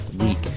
week